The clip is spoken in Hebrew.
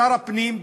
שר הפנים,